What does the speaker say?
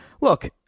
Look